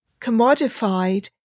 commodified